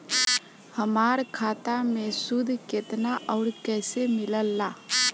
हमार खाता मे सूद केतना आउर कैसे मिलेला?